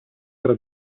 fra